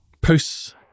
posts